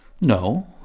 No